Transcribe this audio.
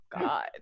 God